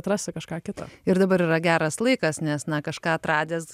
atrasti kažką kito ir dabar yra geras laikas nes na kažką atradęs